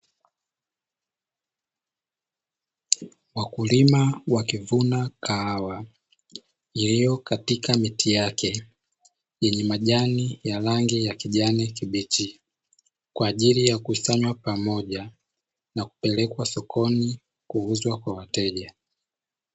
Wakulima wakivuna kahawa, iliyo katika miti yake, na yenye majani ya rangi ya kijani kibichi, kwa ajili ya kukusanya pamoja na kupeleka sokoni kuuzwa kwa wateja.